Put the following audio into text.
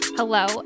Hello